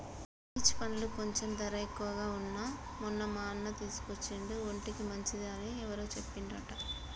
peach పండ్లు కొంచెం ధర ఎక్కువగా వున్నా మొన్న మా అన్న తీసుకొచ్చిండు ఒంటికి మంచిది అని ఎవరో చెప్పిండ్రంట